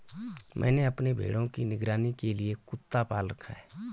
मैंने अपने भेड़ों की निगरानी के लिए कुत्ता पाल रखा है